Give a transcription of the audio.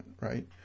Right